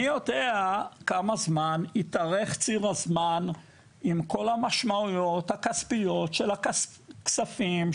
מי יודע כמה זמן יתארך ציר הזמן עם כל המשמעויות הכספיות של הכספים,